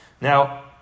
Now